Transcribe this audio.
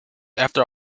after